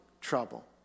trouble